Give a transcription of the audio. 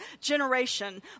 generation